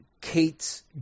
Kate's